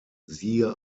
siehe